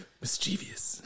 Mischievous